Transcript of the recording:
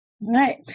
Right